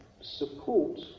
support